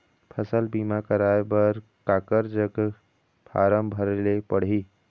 फसल बीमा कराए बर काकर जग फारम भरेले पड़ही?